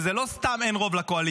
וזה לא סתם אין רוב לקואליציה,